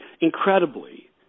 incredibly